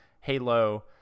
Halo